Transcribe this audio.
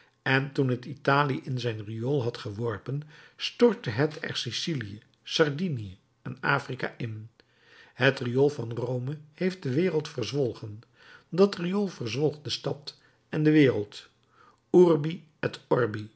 en toen het italië in zijn riool had geworpen stortte het er sicilië sardinië en afrika in het riool van rome heeft de wereld verzwolgen dat riool verzwolg de stad en de wereld urbi et